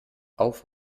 auf